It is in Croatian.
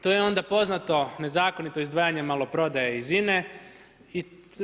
To je onda poznato nezakonito izdvajanje maloprodaje iz INA-e.